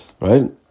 right